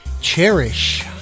Cherish